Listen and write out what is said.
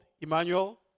Emmanuel